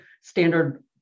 standard